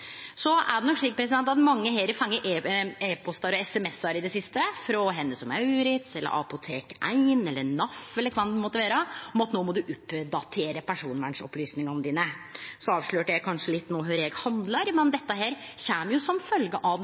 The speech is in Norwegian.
er nok slik at mange her har fått e-postar og SMS-ar i det siste frå Hennes & Mauritz, Apotek 1, NAF eller kven det måtte vere om at no må ein oppdatere personvernopplysingane sine. Eg avslørte kanskje litt no kor eg handlar, men dette her kjem jo som fylgje av